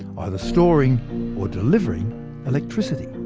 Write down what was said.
either storing or delivering electricity.